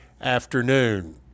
afternoon